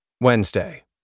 Wednesday